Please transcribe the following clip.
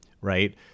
right